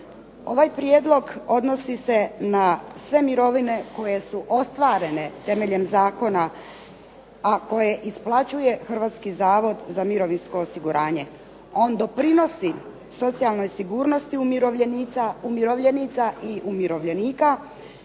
Ovaj prijedlog odnosi se na sve mirovine koje su ostvarene temeljem zakona, a koje isplaćuje Hrvatski zavod za mirovinsko osiguranje. On doprinosi socijalnoj sigurnosti umirovljenica i umirovljenika